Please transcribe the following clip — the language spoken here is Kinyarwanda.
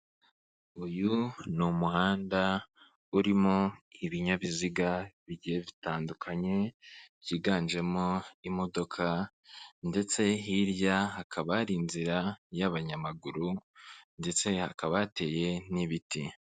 Uyu ni umuhanda urimo ibinyabiziga bigiye bitandukanye, byiganjemo imodoka ndetse hirya hakaba hari inzira y'abanyamaguru ndetse hakaba hateye n'ibiti.